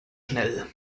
schnell